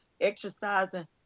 exercising